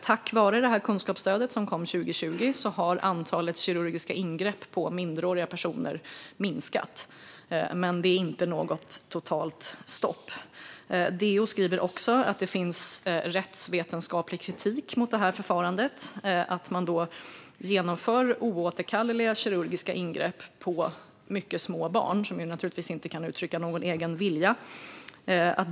Och man skriver i en rapport som kom tidigare i år att antalet kirurgiska ingrepp på minderåriga personer har minskat tack vare det kunskapsstöd som kom 2020 men att det inte är något totalt stopp. DO skriver också att det finns rättsvetenskaplig kritik mot förfarandet - att oåterkalleliga kirurgiska ingrepp genomförs på mycket små barn som inte kan uttrycka någon egen vilja.